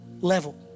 level